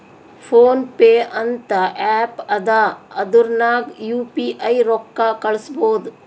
phone pay ಅಂತ app ಅದಾ ಅದುರ್ನಗ್ ಯು ಪಿ ಐ ರೊಕ್ಕಾ ಕಳುಸ್ಬೋದ್